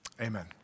Amen